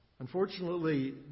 Unfortunately